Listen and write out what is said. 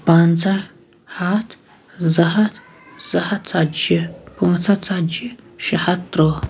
پنٛژاہ ہتھ زٕ ہتھ زٕ ہتھ ژتجی پانٛژھ ہتھ ژَتجی شےٚ ہتھ تٕرٛہ